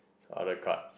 other card